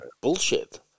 bullshit